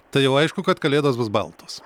tai jau aišku kad kalėdos bus baltos